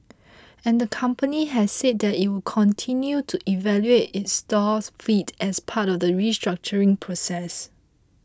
and the company has said that it would continue to evaluate its stores fleet as part of the restructuring process